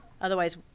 otherwise